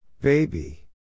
Baby